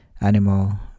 animal